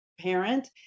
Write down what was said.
parent